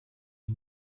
iyi